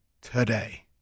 today